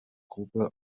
gruppe